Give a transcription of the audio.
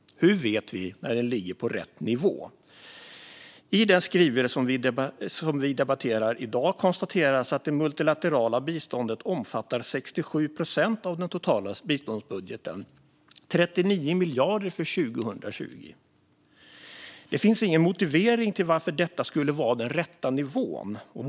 Hur vet vi när den ligger på rätt nivå? I den skrivelse som vi debatterar i dag konstateras att det multilaterala biståndet omfattat 67 procent av den totala biståndsbudgeten, alltså 39 miljarder för år 2020. Det finns ingen motivering till att detta skulle vara den rätta nivån.